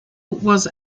was